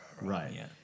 Right